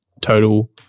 total